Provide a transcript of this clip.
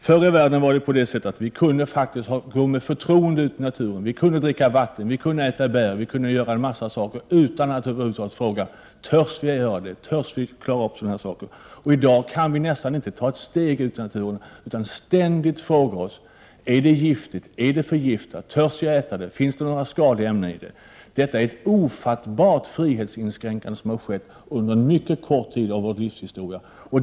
Förr i världen kunde vi med förtroende gå ut i naturen, dricka vatten, äta bär och göra en mängd saker utan att behöva fråga: Törs vi göra det?I dag kan vi nästan inte ta ett steg ut i naturen utan att ständigt fråga oss: Är det giftigt, är det förgiftat, törs jag äta det, finns det några skadliga ämnen i det? Det är en ofattbar frihetsinskränkning som har skett under en mycket kort tid av vår livshistoria.